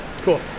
Cool